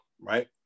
right